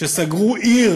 שסגרו עיר